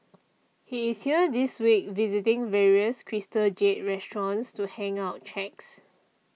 he is here this week visiting various Crystal Jade restaurants to hand out cheques